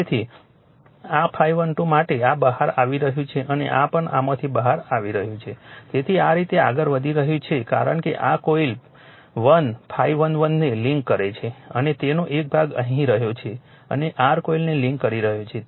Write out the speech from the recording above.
તેથી આ ∅12 માટે આ બહાર આવી રહ્યું છે અને આ પણ આમાંથી બહાર આવી રહ્યું છે તેથી આ રીતે આગળ વધી રહ્યું છે કારણ કે આ કોઇલ 1 ∅11 ને લિંક કરે છે અને તેનો એક ભાગ અહીં આવી રહ્યો છે અને r કોઇલને લિંક કરી રહ્યો છે